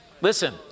Listen